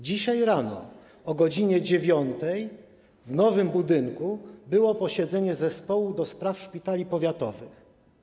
Dzisiaj o godz. 9 rano w nowym budynku było posiedzenie zespołu ds. szpitali powiatowych.